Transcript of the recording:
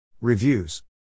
reviews